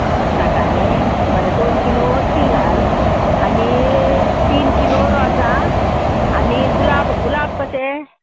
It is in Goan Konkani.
आं साठांनी बरें दोन किलो तीं घाल आनी तीन किलो रोजां आनी गुलाब गुलाब कशें